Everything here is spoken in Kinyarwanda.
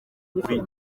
kuri